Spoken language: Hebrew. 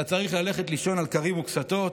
אתה צריך ללכת לישון על כרים וכסתות